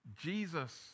Jesus